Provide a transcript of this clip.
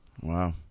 Wow